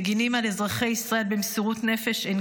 מגינים על אזרחי ישראל במסירות נפש אין